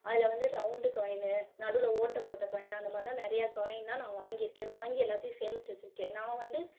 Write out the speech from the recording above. அதில் வந்து round coin நடுவில் ஓட்டை போட்ட காயினு அந்த மாதிரிலாம் நிறையா காயினெலாம் நான் வாங்கி இருக்கேன் வாங்கி எல்லாத்தையும் சேமித்து வச்சுருக்கேன் நான் வந்து